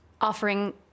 offering